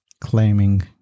claiming